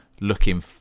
looking